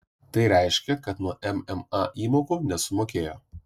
tai reiškia kad nuo mma įmokų nesumokėjo